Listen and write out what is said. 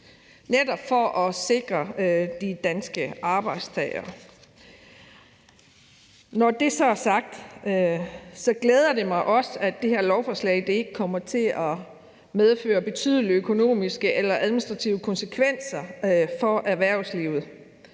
netop for at sikre de danske arbejdstagere. Når det så er sagt, glæder det mig også, at det her lovforslag ikke kommer til at medføre betydelige økonomiske eller administrative konsekvenser for erhvervslivet.